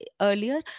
earlier